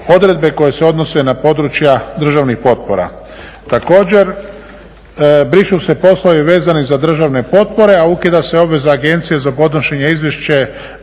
odredbe koje se odnose na područja državnih potpora. Također, brišu se poslovi vezani za državne potpore, a ukida se obveza agencije za podnošenje izvješća